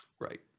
Right